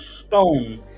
stone